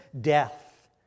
death